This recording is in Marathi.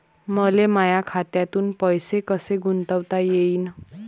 मले माया खात्यातून पैसे कसे गुंतवता येईन?